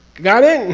got it,